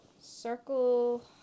circle